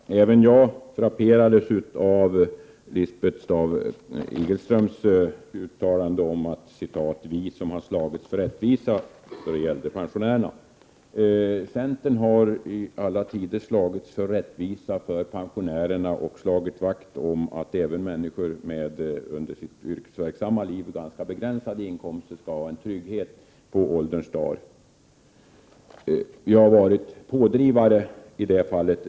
Herr talman! Även jag frapperades av Lisbeth Staaf-Igelströms uttalande om att det är socialdemokraterna som har slagits för rättvisa åt pensionärerna. Jag vill då framhålla att vi i centern i alla tider har slagits för rättvisa åt pensionärerna. Vi har också slagit vakt om de människor som under sitt yrkesverksamma liv har haft ganska begränsade inkomster och verkat för att dessa skall ha en trygghet på ålderns dar. Vi har varit pådrivande i det fallet.